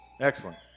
Excellent